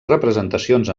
representacions